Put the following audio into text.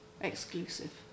exclusive